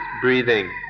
breathing